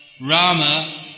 Rama